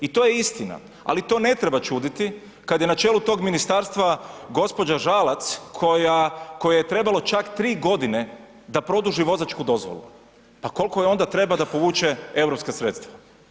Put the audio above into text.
I to je istina, ali to ne treba čuditi kad je na čelu tog ministarstva gospođa Žalac koja, kojoj je trebalo čak 3 godine da produži vozačku dozvolu, pa koliko joj onda treba da povuče europska sredstva.